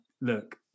look